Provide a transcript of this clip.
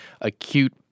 acute